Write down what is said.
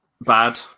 bad